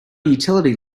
utility